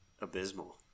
abysmal